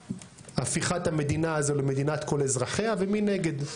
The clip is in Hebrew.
זה בוודאי צריך לעזור,